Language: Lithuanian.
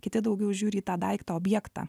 kiti daugiau žiūri į tą daiktą objektą